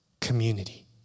community